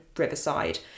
Riverside